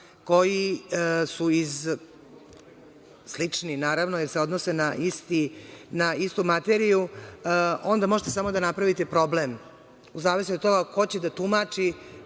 koji su slični, naravno, jer se odnose na istu materiju, onda možete samo da napravite problem u zavisnosti od toga ko će da tumači